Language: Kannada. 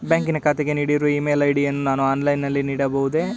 ಬ್ಯಾಂಕಿನ ಖಾತೆಗೆ ನೀಡಿರುವ ಇ ಮೇಲ್ ಐ.ಡಿ ಯನ್ನು ನಾನು ಆನ್ಲೈನ್ ನಲ್ಲಿ ನೀಡಬಹುದೇ?